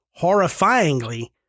horrifyingly